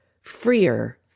freer